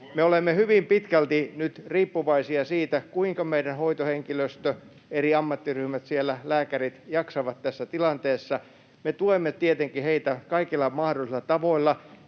olemme hyvin pitkälti nyt riippuvaisia siitä, kuinka meidän hoitohenkilöstö, eri ammattiryhmät siellä, lääkärit jaksavat tässä tilanteessa. Me tuemme tietenkin heitä kaikilla mahdollisilla tavoilla.